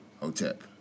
Hotep